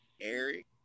Eric